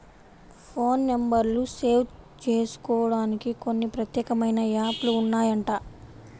phone నెంబర్లు save జేసుకోడానికి కొన్ని ప్రత్యేకమైన యాప్ లు ఉన్నాయంట